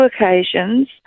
occasions